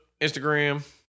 Instagram